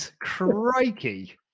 Crikey